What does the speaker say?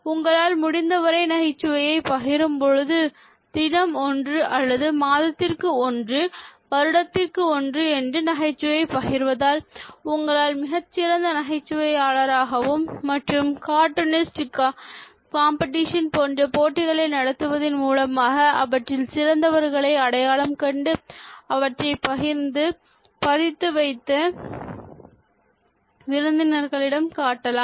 உங்களால் முடிந்தவரை நகைச்சுவையை பகிரும் பொழுது தினம் ஒன்று அல்லது மாதத்திற்கு 1 வருடத்திற்கு ஒன்று என்று நகைச்சுவையை பகிர்வதால் உங்களால் மிகச் சிறந்த நகைச்சுவையாளர் ஆகவும் மற்றும் கார்ட்டூனிஸ்ட் காம்படிஷன் போன்ற போட்டிகளை நடத்துவதில் மூலமாக அவற்றில் சிறந்தவர்களை அடையாளம் கண்டு அவற்றைப் பதிந்து வைத்து விருந்தினர்களிடம் காட்டலாம்